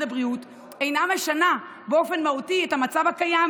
הבריאות אינו משנה באופן מהותי את המצב הקיים,